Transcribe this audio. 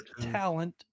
talent